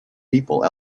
people